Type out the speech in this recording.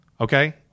Okay